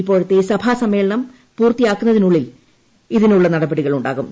ഇപ്പോഴത്തെ സഭ സമ്മേളനം പൂർത്തിയാക്കുന്നതിനുള്ളിൽ ഇതിനുള്ള് നടപടികൾ ഉണ്ടാകും